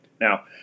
Now